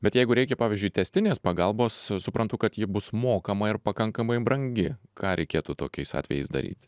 bet jeigu reikia pavyzdžiui tęstinės pagalbos suprantu kad ji bus mokama ir pakankamai brangi ką reikėtų tokiais atvejais daryt